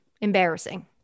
embarrassing